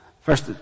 First